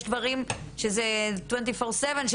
יש דברים שזה 24/7,